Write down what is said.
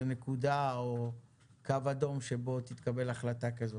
נקודה או קו אדום שבו תתקבל החלטה כזו?